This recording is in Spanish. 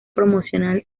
promocional